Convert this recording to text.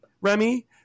Remy